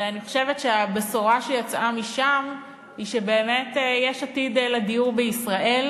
ואני חושבת שהבשורה שיצאה משם היא שבאמת יש עתיד לדיור בישראל,